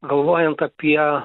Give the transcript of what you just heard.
galvojant apie